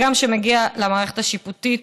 וגם כשמגיעים למערכת השיפוטית,